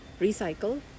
Recycle